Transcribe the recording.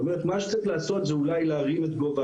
מה שצריך לעשות זה אולי להרים את גובה